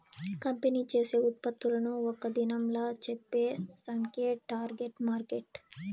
company చేసే ఉత్పత్తులను ఒక్క దినంలా చెప్పే సంఖ్యే టార్గెట్ మార్కెట్